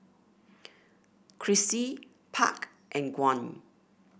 Chrissy Park and Gwyn